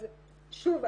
אז שוב,